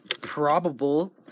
probable